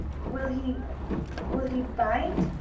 will he will he bite?